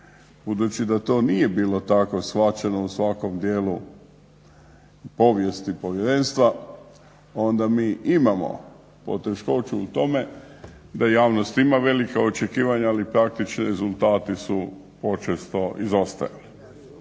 Budući da to nije bilo tako shvaćeno u svakom dijelu povijesti Povjerenstva onda mi imamo poteškoću u tome da javnost ima velika očekivanja, ali praktični rezultati su počesto izostajali.